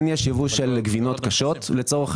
כן יש יבוא של גבינות קשות לישראל.